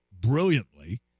brilliantly